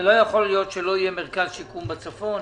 לא יכול להיות שלא יהיה מרכז שיקום בצפון.